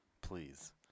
please